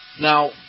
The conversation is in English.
Now